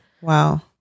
wow